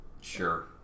Sure